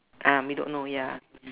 um we don't know ya